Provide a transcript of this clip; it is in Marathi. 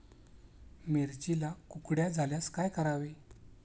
मिरचीला कुकड्या झाल्यास काय करावे?